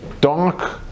dark